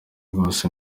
rwose